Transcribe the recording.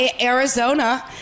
Arizona